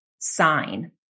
sign